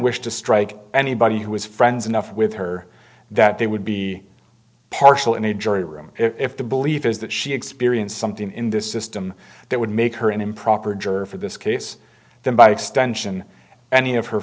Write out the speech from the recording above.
wish to strike anybody who is friends enough with her that they would be partial in a jury room if the belief is that she experienced something in this system that would make her an improper juror for this case then by extension any of her